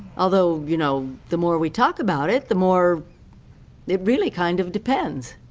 although, you know, the more we talk about it, the more it really kind of depends.